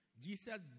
Jesus